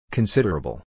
Considerable